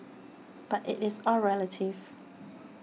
but it is all relative